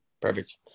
Perfect